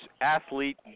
athlete